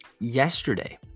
yesterday